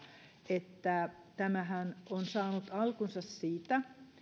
että tämähän on saanut alkunsa siitä